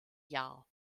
jahr